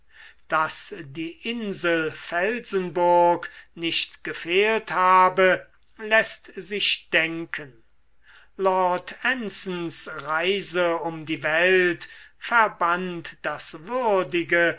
daß die insel felsenburg nicht gefehlt habe läßt sich denken lord ansons reise um die welt verband das würdige